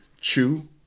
chew